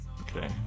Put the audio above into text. Okay